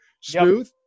smooth